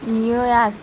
New York